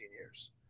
years